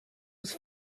was